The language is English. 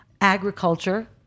agriculture